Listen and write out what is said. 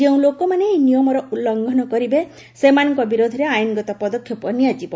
ଯେଉଁ ଲୋକମାନେ ଏହି ନିୟମର ଲଙ୍ଘନ କରିବେ ସେମାନଙ୍କ ବିରୋଧରେ ଆଇନଗତ ପଦକ୍ଷେପ ନିଆଯିବ